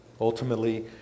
Ultimately